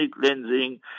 cleansing